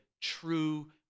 true